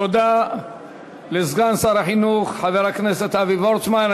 תודה לסגן שר החינוך, חבר הכנסת אבי וורצמן.